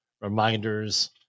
Reminders